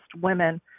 women